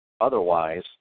otherwise